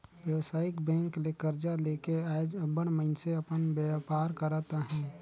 बेवसायिक बेंक ले करजा लेके आएज अब्बड़ मइनसे अपन बयपार करत अहें